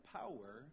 power